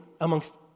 amongst